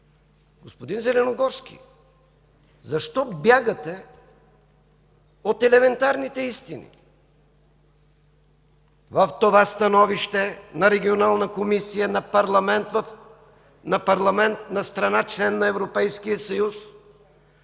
Господин Зеленогорски, защо бягате от елементарните истини? В това становище на Регионална комисия на парламент на страна – член на Европейския съюз,